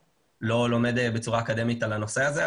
בצורה אקדמית על הנושא הזה,